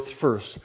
first